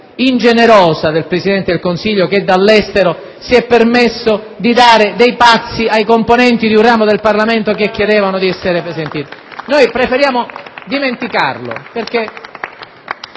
ingenerosa del Presidente del Consiglio, che dall'estero si è permesso di dare dei pazzi ai componenti di un ramo del Parlamento che chiedevano di essere ascoltati. *(Applausi dal Gruppo